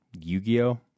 Yu-Gi-Oh